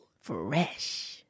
Fresh